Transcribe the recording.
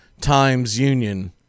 Times-Union